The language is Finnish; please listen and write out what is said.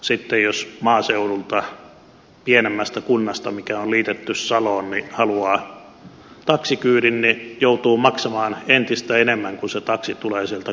sitten jos maaseudulta pienemmästä kunnasta mikä on liitetty saloon haluaa taksikyydin niin joutuu maksamaan entistä enemmän kun se taksi tulee sieltä kuntakeskuksesta